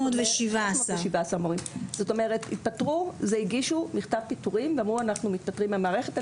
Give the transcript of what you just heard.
כלומר הגישו מכתב פיטורים ואמרו "אנחנו מתפטרים מן המערכת".